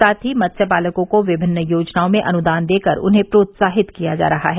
साथ ही मत्य पालकों को विभिन्न योजनाओं में अनुदान देकर उन्हें प्रोत्साहित किया जा रहा है